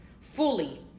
fully